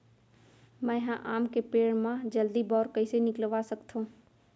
मैं ह आम के पेड़ मा जलदी बौर कइसे निकलवा सकथो?